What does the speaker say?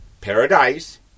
Paradise